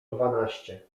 dwanaście